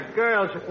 girls